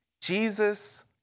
Jesus